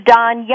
Don